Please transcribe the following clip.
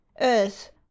Earth